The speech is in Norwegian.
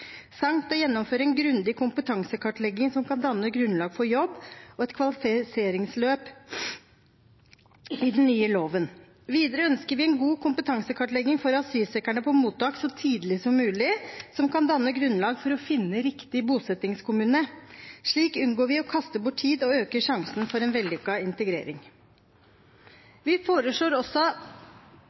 å gjennomføre en grundig kompetansekartlegging som kan danne grunnlaget for jobb, og et kvalifiseringsløp i den nye loven. Videre ønsker vi en god kompetansekartlegging for asylsøkerne på mottak så tidlig som mulig, som kan danne grunnlag for å finne riktig bosettingskommune. Slik unngår vi å kaste bort tid og øker sjansen for en vellykket integrering. Vi foreslår også